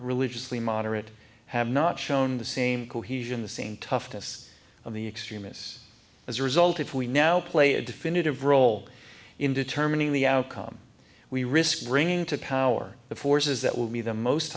religiously moderate have not shown the same cohesion the same toughness of the extremists as a result if we now play a definitive role in determining the outcome we risk bringing to power the forces that will be the most